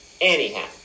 Anyhow